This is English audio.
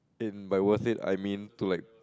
in my worth it I mean to like